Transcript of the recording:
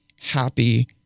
happy